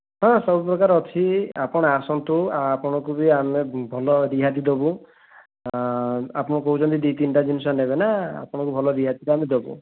ହଁ ସବୁ ପ୍ରକାର ଅଛି ଆପଣ ଆସନ୍ତୁ ଆପଣଙ୍କୁ ବି ଆମେ ଭଲ ରିହାତି ଦେବୁ ଆପଣ କହୁଛନ୍ତି ଦୁଇ ତିନିଟା ଜିନିଷ ନେବେ ନା ଆପଣଙ୍କୁ ଭଲ ରିହାତିରେ ଆମେ ଦେବୁ